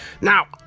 Now